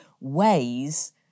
ways